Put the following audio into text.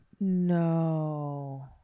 No